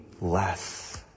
less